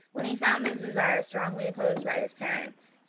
when he found his desire strongly opposed by his parents,